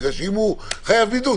בגלל שאם הוא חייב בידוד,